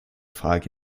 frage